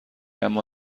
اما